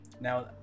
now